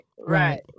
Right